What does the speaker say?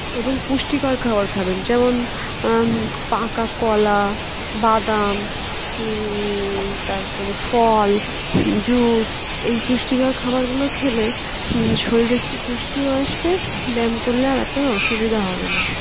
এবং পুষ্টিকর খাবার খাবেন যেমন পাকা কলা বাদাম তার পরে ফল জুস এই পুষ্টিকর খাবারগুলো খেলে শরীরে কিছু পুষ্টিও আসবে ব্যায়াম করলে আর আপনার অসুবিধা হবে না